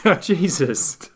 Jesus